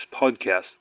podcast